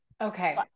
Okay